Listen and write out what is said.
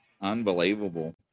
unbelievable